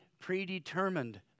predetermined